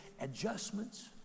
adjustments